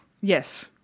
Yes